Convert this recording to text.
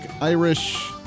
Irish